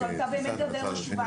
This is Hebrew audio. זו הייתה באמת גדר משובחת,